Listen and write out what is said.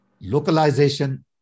localization